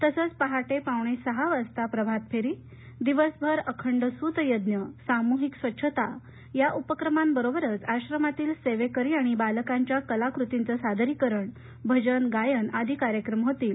तसंच पहाटे पावणे सहा वाजता प्रभातफेरी दिवसभर अखंड सूतयज्ञ सामूहिक स्वच्छता या उपक्रमांबरोबरच आश्रमातील सेवेकरी आणि बालकांच्या कलाकृतीचं सादरीकरण भजन गायन आदी कार्यक्रम होईल